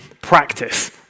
practice